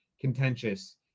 contentious